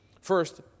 First